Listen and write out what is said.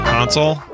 Console